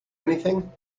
anything